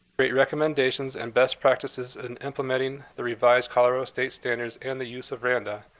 create recommendations and best practices in implementing the revised colorado state standards and the use of randa,